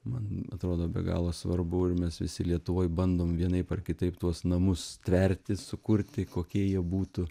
man atrodo be galo svarbu ir mes visi lietuvoj bandom vienaip ar kitaip tuos namus tverti sukurti kokie jie būtų